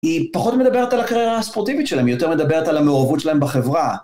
היא פחות מדברת על הקריירה הספורטיבית שלהם, היא יותר מדברת על המעורבות שלהם בחברה.